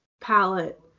palette